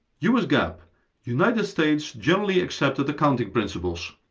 us gaap united states generally accepted accounting principles.